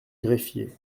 greffiers